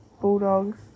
Bulldogs